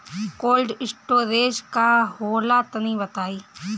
Cold storage का होला तनि बताई?